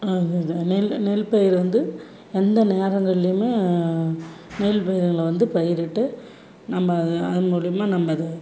இந்த நெல் நெல் பயிர் வந்து எந்த நேரங்கள்லேயுமே நெல் பயிறுங்களை வந்து பயிரிட்டு நம்ம அது மூலிமா நம்ம அதை